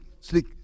Slick